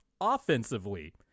Offensively